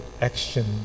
action